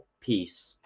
Peace